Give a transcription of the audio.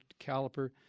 caliper